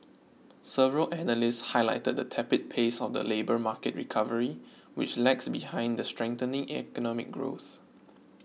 several analysts highlighted the tepid pace of the labour market recovery which lags behind the strengthening economic growth